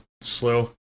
slow